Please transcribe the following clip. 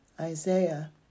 Isaiah